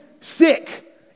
sick